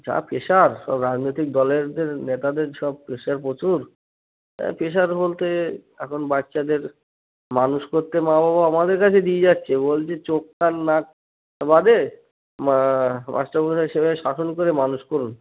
যা প্রেশার সব রাজনৈতিক দলেদের নেতাদের সব প্রেশার প্রচুর হ্যাঁ প্রেশার বলতে এখন বাচ্চাদের মানুষ করতে মা বাবা আমাদের কাছে দিয়ে যাচ্ছে বলছে চোখ কান নাক বাদে মা মাস্টারমশাই হিসেবে শাসন করে মানুষ করুন